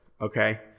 Okay